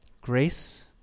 Grace